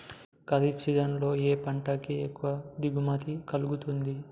Kharif season లో ఏ పంట కి ఎక్కువ దిగుమతి కలుగుతుంది?